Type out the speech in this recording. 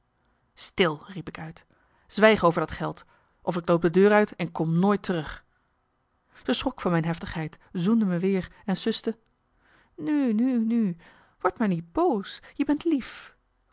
stil riep ik uit zwijg over dat geld of ik loop de deur uit en kom nooit terug ze schrok van mijn heftigheid zoende me weer en suste nu nu nu word maar niet boos je bent lief